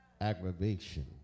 aggravation